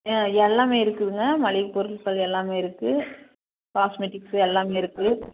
ஆ எல்லாமே இருக்குதுங்க மளிகைப் பொருட்கள் எல்லாமே இருக்குது காஸ்மெட்டிக்ஸ் எல்லாமே இருக்குது